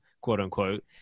quote-unquote